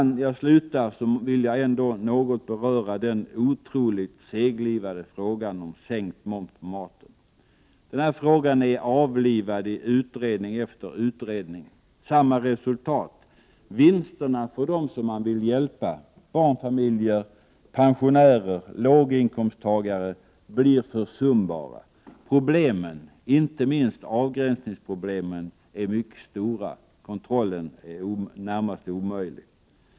Innan jag slutar vill jag något beröra den otroligt seglivade frågan om sänkt moms på maten. Denna fråga är avlivad i utredning efter utredning. Det har blivit samma resultat. Vinsterna för dem som man vill hjälpa — barnfamiljer, pensionärer, låginkomsttagare — blir försumbara. Problemen, inte minst avgränsningsproblemen, är mycket stora. Kontrollen är närmast omöjlig.